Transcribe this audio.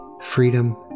freedom